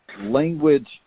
language